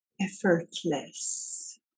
effortless